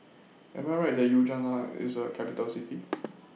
Am I Right that Ljubljana IS A Capital City